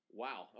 wow